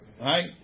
Right